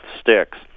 sticks